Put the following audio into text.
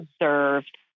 observed